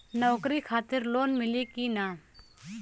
नौकरी खातिर लोन मिली की ना?